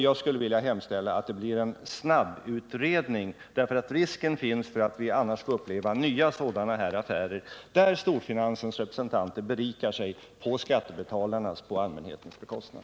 Jag skulle vilja hemställa att det blir en snabbutredning. Risken finns att vi annars får uppleva nya sådana affärer, där storfinansens representanter berikar sig på skattebetalarnas och allmänhetens bekostnad.